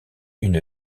une